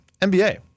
NBA